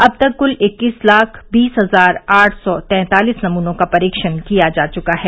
अब तक क्ल इक्कीस लाख बीस हजार आठ सौ तैंतालीस नमूनों का परीक्षण किया जा चुका है